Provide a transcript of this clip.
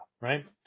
right